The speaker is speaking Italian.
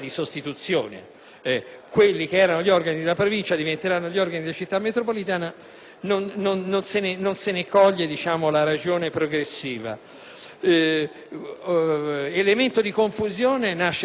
organi che erano della Provincia diventano organi della città metropolitana, ma non se ne coglie la ragione progressiva. Un elemento di confusione nasce dal fatto che